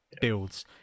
builds